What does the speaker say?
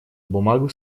бумагу